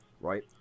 right